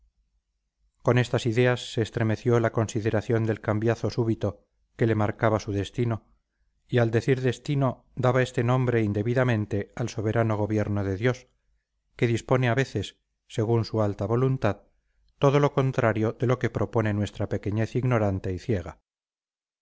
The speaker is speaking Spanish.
con estas ideas se entremezcló la consideración del cambiazo súbito que le marcaba su destino y al decir destino daba este nombre indebidamente al soberano gobierno de dios que dispone a veces según su alta voluntad todo lo contrario de lo que propone nuestra pequeñez ignorante y ciega